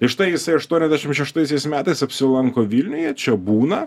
ir štai jisai aštuoniasdešim šeštaisiais metais apsilanko vilniuje čia būna